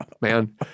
man